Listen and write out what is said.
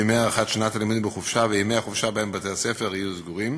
ימי הארכת שנת הלימודים בחופשה וימי החופשה שבהם בתי-הספר יהיו סגורים.